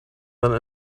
then